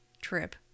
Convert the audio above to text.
trip